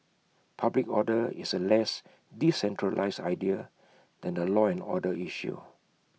public order is A less decentralised idea than A law and order issue